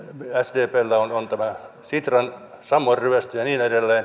sdpllä on tämä sitran sammon ryöstö ja niin edelleen